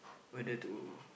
whether to